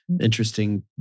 Interesting